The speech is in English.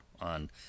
on